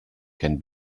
can